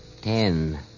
ten